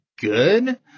good